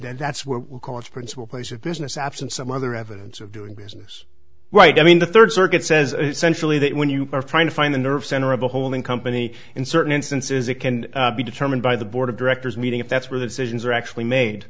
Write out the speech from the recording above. and that's where the principal place of business absent some other evidence of doing business right i mean the third circuit says essentially that when you are trying to find the nerve center of a holding company in certain instances it can be determined by the board of directors meeting if that's where the decisions are actually made